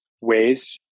ways